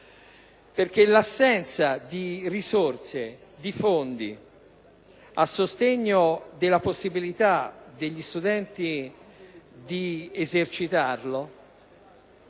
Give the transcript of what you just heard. l’assenza di risorse e di fondi a sostegno della possibilitadegli studenti di esercitarlo